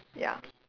ya